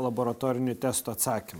laboratorinių testų atsakymų